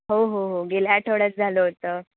हो हो हो गेल्या आठवड्यात झालं होतं